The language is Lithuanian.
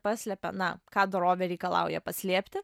paslepia na ką dorovė reikalauja paslėpti